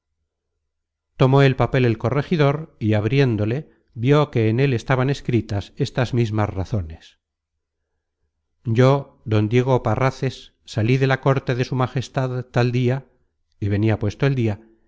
tomó el papel el corregidor y abriéndole vió que en él estaban escritas estas mismas razones yo don diego parráce sali de la corte de su majestad tal dia y venia puesto el dia en compañía de don